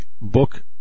book